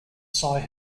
sigh